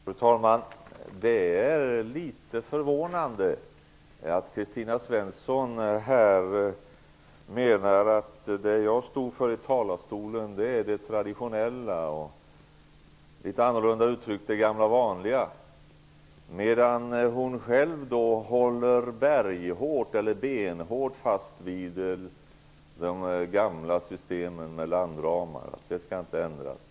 Fru talman! Det är litet förvånande att Kristina Svensson här menar att det jag stod för i talarstolen är det traditionella, eller litet annorlunda uttryckt: det gamla vanliga. Själv håller hon benhårt fast vid de gamla systemen med landramar. De skall inte ändras.